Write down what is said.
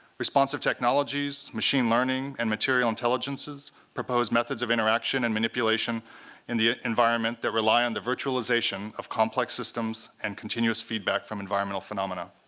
responsive technologies, machine learning, and material intelligences propose methods of interaction and manipulation in the environment that rely on the virtualization of complex systems and continuous feedback from environmental phenomena.